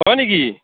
হয় নেকি